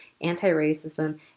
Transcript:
anti-racism